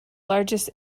largest